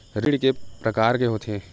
ऋण के प्रकार के होथे?